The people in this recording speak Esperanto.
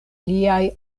liaj